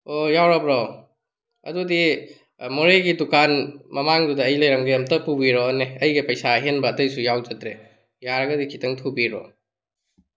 ꯑꯣ ꯌꯥꯎꯔꯕ꯭ꯔꯣ ꯑꯗꯨꯗꯤ ꯃꯣꯔꯦꯒꯤ ꯗꯨꯀꯥꯟ ꯃꯃꯥꯡꯗꯨꯗ ꯑꯩ ꯂꯩꯔꯝꯒꯦ ꯑꯃꯨꯛꯇ ꯄꯨꯕꯤꯔꯛꯑꯣꯅꯦ ꯑꯩꯒꯤ ꯄꯩꯁꯥ ꯑꯍꯦꯟꯕ ꯑꯇꯩꯁꯨ ꯌꯥꯎꯖꯗ꯭ꯔꯦ ꯌꯥꯔꯒꯗꯤ ꯈꯤꯇꯪ ꯊꯨꯕꯤꯔꯛꯑꯣ